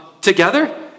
together